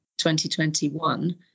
2021